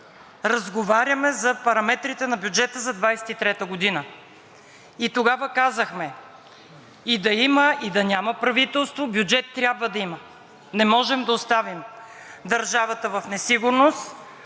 разговаряме за параметрите на бюджета за 2023 г. и тогава казахме: „И да има, и да няма правителство, бюджет трябва да има. Не можем да оставим държавата в несигурност,